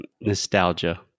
nostalgia